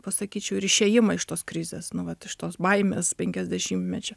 pasakyčiau ir išėjimą iš tos krizės nu vat iš tos baimės penkiasdešimtmečio